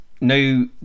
No